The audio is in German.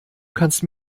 kannst